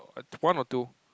one or two